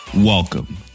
Welcome